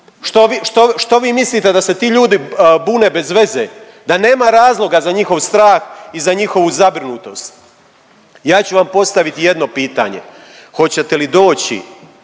Što vi mislite da se ti ljudi bune bez veze? Da nema razloga za njihov strah i za njihovu zabrinutost? Ja ću vam postaviti jedno pitanje. Hoćete li doći